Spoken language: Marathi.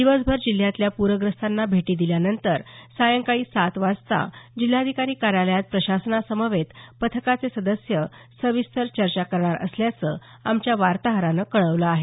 दिवसभर जिल्ह्यातल्या पूरग्रस्त भागांना भेटी दौऱ्यानंतर सायंकाळी सात वाजता जिल्हाधिकारी कार्यालयात प्रशासनासमवेत पथकाचे सदस्य सविस्तर चर्चा करणार असल्याचं आमच्या वार्ताहरानं कळवलं आहे